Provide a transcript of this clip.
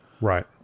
right